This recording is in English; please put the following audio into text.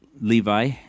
Levi